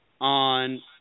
on